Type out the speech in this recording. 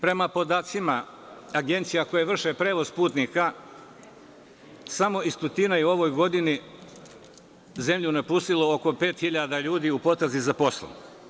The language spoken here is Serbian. Prema podacima agencija koje vrše prevoz putnika, samo iz Tutuna je u ovoj godini zemlju napustilo oko 5.000 ljudi u potrazi za poslom.